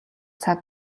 цаг